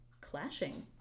clashing